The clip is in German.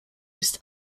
ist